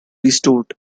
restored